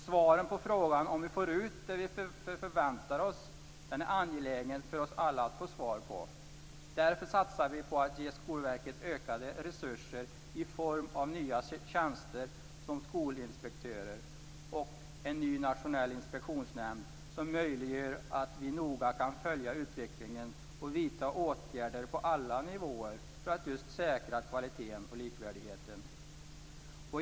Svaren på frågan om vi får ut det vi förväntar oss är angelägna för oss alla. Därför satsar vi på att ge Skolverket ökade resurser i form av nya tjänster som skolinspektörer och en ny nationell inspektionsnämnd som möjliggör att vi noga kan följa utvecklingen och vidta åtgärder på alla nivåer för att just säkra kvalitet och likvärdighet.